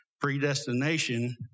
predestination